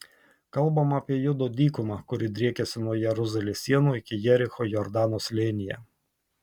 kalbama apie judo dykumą kuri driekiasi nuo jeruzalės sienų iki jericho jordano slėnyje